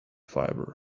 fibre